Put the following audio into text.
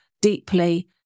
deeply